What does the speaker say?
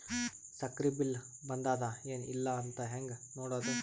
ಸಕ್ರಿ ಬಿಲ್ ಬಂದಾದ ಏನ್ ಇಲ್ಲ ಅಂತ ಹೆಂಗ್ ನೋಡುದು?